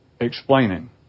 explaining